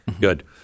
good